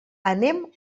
anem